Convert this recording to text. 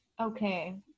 Okay